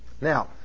Now